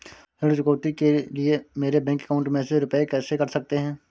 ऋण चुकौती के लिए मेरे बैंक अकाउंट में से रुपए कैसे कट सकते हैं?